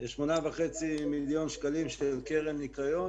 8.5 מיליון שקלים של קרן הניקיון.